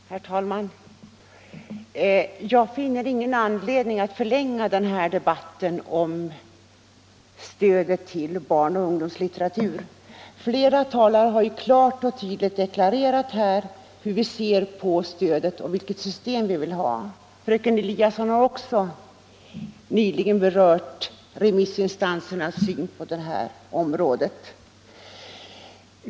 Herr talman! Jag finner ingen anledning att förlänga debatten om stödet till barnoch ungdomslitteratur. Flera talare har klart och tydligt deklarerat hur vi ser på det och vilket system vi vill ha. Fröken Eliasson har också nyligen berört remissinstansernas syn på den saken.